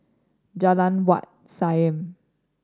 Jalan Wat Siam